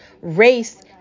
race